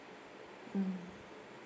mm